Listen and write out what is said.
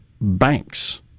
banks